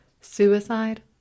suicide